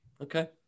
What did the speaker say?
Okay